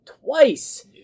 twice